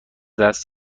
دست